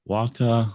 Waka